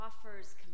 offers